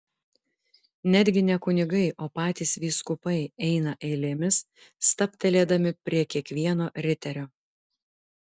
netgi ne kunigai o patys vyskupai eina eilėmis stabtelėdami prie kiekvieno riterio